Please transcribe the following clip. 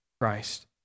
Christ